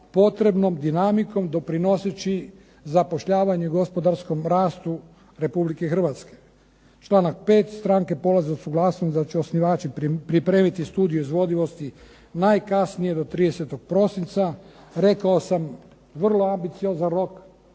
potrebnom dinamikom doprinoseći zapošljavanje gospodarskom rastu RH. Članak 5. stranke polaze od suglasnosti da će osnivači pripremiti studiju izvodivosti najkasnije do 30. prosinca. Rekao sam, vrlo ambiciozan rok.